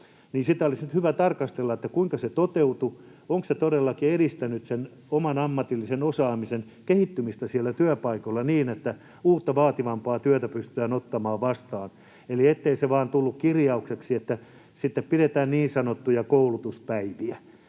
olisi nyt hyvä tarkastella, kuinka se toteutui: onko se todellakin edistänyt sen oman ammatillisen osaamisen kehittymistä siellä työpaikoilla, niin että uutta, vaativampaa työtä pystytään ottamaan vastaan? Eli ettei se tullut vain kirjaukseksi, niin että sitten pidetään niin sanottuja koulutuspäiviä,